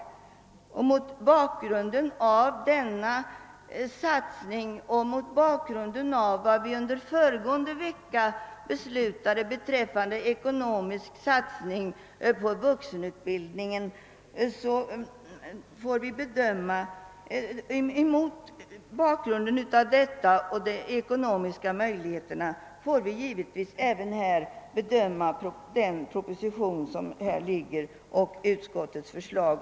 Det är mot bakgrunden av detta och i anslutning till vad vi under föregående vecka beslutade beträffande ekonomisk satsning på vuxenutbildningen samt en realistisk bedömning av de ekonomiska möjligheterna som vi får bedöma föreliggande proposition och utskottsutlåtande.